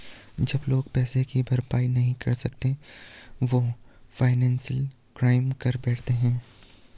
जब लोग पैसे की भरपाई नहीं कर सकते वो फाइनेंशियल क्राइम कर बैठते है